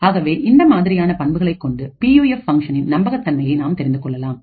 ஆகவே இந்த மாதிரியான பண்புகளைக் கொண்டு பியூஎஃப் ஃபங்ஷனின் நம்பகத்தன்மையை நாம் தெரிந்து கொள்ளலாம்